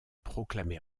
proclamé